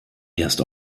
erst